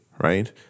right